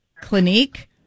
Clinique